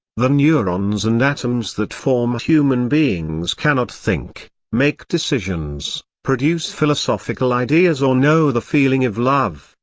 the neurons and atoms that form human beings cannot think, make decisions, produce philosophical ideas or know the feeling of love,